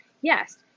Yes